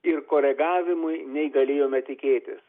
ir koregavimui nei galėjome tikėtis